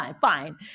fine